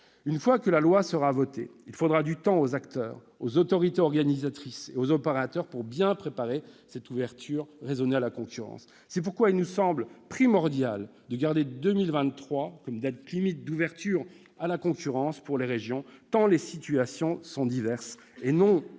Une fois que la loi sera votée, il faudra du temps aux acteurs, aux autorités organisatrices et aux opérateurs pour bien préparer l'ouverture raisonnée à la concurrence. C'est pourquoi il nous semble primordial de garder 2023 comme date limite d'ouverture à la concurrence pour les régions tant les situations sont diverses.